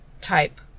type